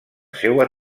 seua